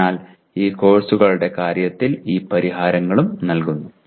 അതിനാൽ ഈ കോഴ്സുകളുടെ കാര്യത്തിൽ ഈ പരിഹാരങ്ങളും നൽകുന്നു